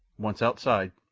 once outside,